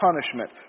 punishment